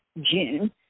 June